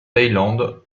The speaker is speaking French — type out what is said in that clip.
thaïlande